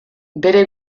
bere